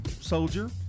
soldier